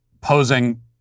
posing